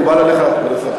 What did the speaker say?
מקובל עליך, כבוד השר?